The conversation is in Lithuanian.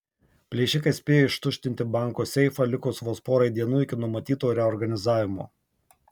plėšikai spėjo ištuštinti banko seifą likus vos porai dienų iki numatyto reorganizavimo